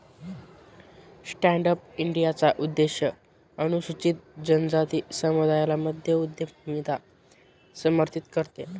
stand up इंडियाचा उद्देश अनुसूचित जनजाति समुदायाला मध्य उद्यमिता समर्थित करते